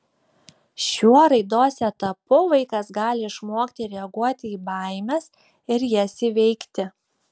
šiuo raidos etapu vaikas gali išmokti reaguoti į baimes ir jas įveikti